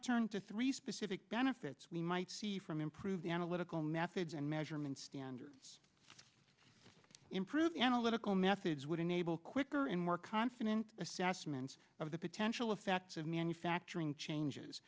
turn to three specific benefits we might see from improve the analytical methods and measurement standards improved analytical methods would enable quicker and more confident assessments of the potential effects of manufacturing changes